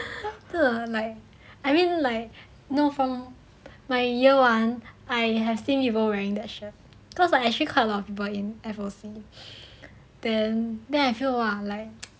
like I mean like no 风 my year one I have seen people wearing that shirt cause quite a lot of people in F_O_C then then I feel !wah! like